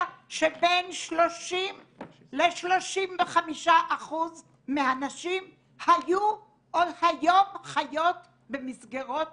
שבין 30% ל-35% מהנשים היו או היום חיות במסגרות